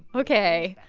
ok.